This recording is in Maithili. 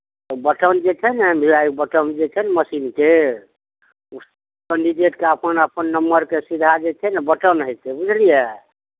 ओ बटम जे छै ने मिलाइ बटम जे छै ने मशीनके उस कंडिडेटके अपन अपन नम्बरके सीधा जे छै ने बटम हेतै बुझलियै